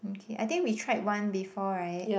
okay I think we tried one before right